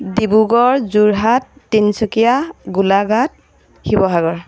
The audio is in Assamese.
ডিব্ৰুগড় যোৰহাট তিনচুকীয়া গোলাঘাট শিৱসাগৰ